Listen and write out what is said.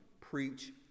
preach